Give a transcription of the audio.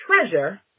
treasure